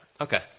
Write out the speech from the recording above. Okay